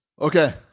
Okay